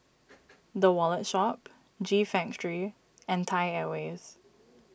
the Wallet Shop G Factory and Thai Airways